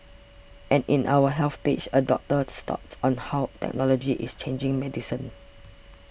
and in our Health page a doctor's thoughts on how technology is changing medicine